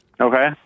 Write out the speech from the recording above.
okay